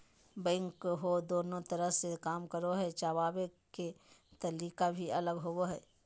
backhoe दोनों तरह से काम करो हइ, चलाबे के तरीका भी अलग होबो हइ